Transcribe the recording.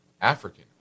African